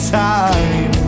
time